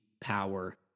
power